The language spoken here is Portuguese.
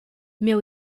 meu